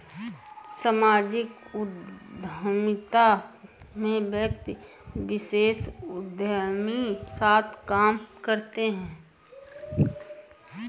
सामाजिक उद्यमिता में व्यक्ति विशेष उदयमी साथ काम करते हैं